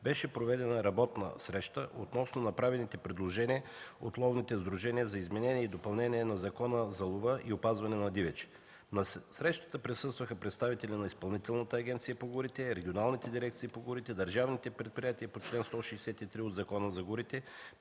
беше проведена работна среща относно направените предложения от ловните сдружения за изменение и допълнение на Закона за лова и опазване на дивеча. На срещата присъстваха представители на Изпълнителната агенция по горите, регионалните дирекции по горите, държавните предприятия по чл. 163 от Закона за горите,